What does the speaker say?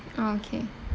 okay